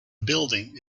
building